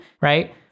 right